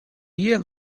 year